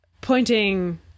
pointing